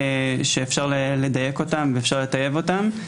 שאפשר לדייק ולטייב אותן.